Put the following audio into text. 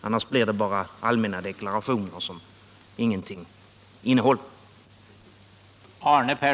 Annars blir det bara allmänna deklarationer, som ingenting innehåller.